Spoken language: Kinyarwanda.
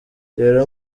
rero